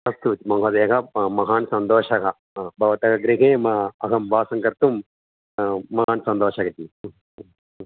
अस्तु महोदय महान् सन्तोषः हा भवतः गृहे अहं वासं कर्तुं ह महान् सन्तोष जि